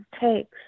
takes